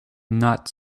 not